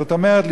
זאת אומרת,